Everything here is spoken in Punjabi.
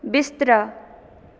ਬਿਸਤਰਾ